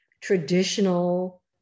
traditional